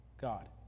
god